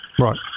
Right